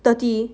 thirty